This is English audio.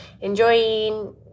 enjoying